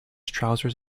trousers